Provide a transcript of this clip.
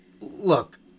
look